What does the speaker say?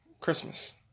Christmas